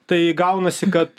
tai gaunasi kad